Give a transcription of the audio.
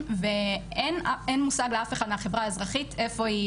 ואין מושג לאף אחד מהחברה האזרחית איפה היא